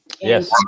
Yes